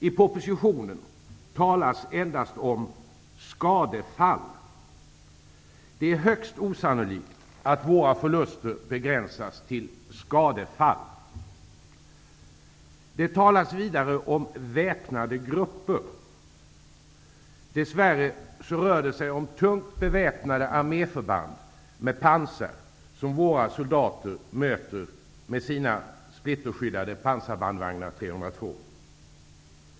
I propositionen talas endast om ''skadefall''. Det är högst osannolikt att våra förluster begränsas till Det talas vidare om ''väpnade grupper''. Dess värre rör det sig om tungt beväpnade arméförband med pansar, som våra soldater möter i sina splitterskyddade pansarbandvagnar 302.